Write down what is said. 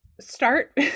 Start